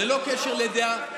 ללא קשר לדעה,